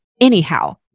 anyhow